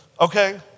Okay